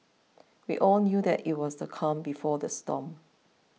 we all knew that it was the calm before the storm